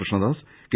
Krishnadas K